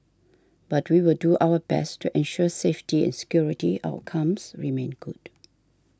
but we will do our best to ensure safety and security outcomes remain good